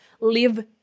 live